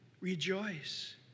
Rejoice